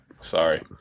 Sorry